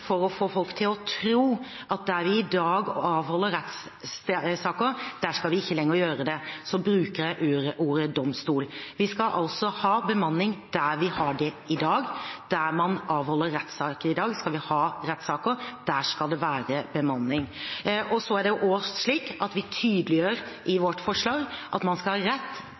for å få folk til å tro at der det i dag avholdes rettssaker, skal vi ikke lenger gjøre det, bruker jeg ordet «domstol». Vi skal altså ha bemanning der vi har det i dag. Der man avholder rettssaker i dag, skal vi ha rettssaker – der skal det være bemanning. I vårt forslag tydeliggjør vi at